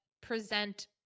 present